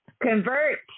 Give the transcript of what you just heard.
Convert